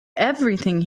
everything